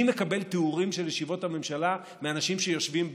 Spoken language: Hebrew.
אני מקבל תיאורים של ישיבות הממשלה מהאנשים שיושבים בהן.